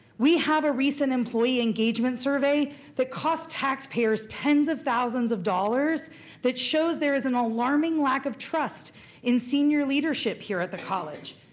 we have a recent employee engagement survey that cost taxpayers tens of thousands of dollars that shows there is an alarming lack of trust in senior leadership here at the college.